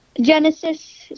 Genesis